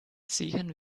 ziehen